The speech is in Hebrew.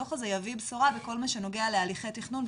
שהדו"ח הזה יביא בשורה בכל מה שנוגע להליכי תכנון,